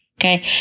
okay